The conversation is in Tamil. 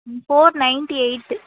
ம் ஃபோர் நைன்ட்டி எய்ட்டு